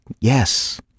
Yes